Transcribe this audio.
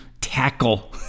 tackle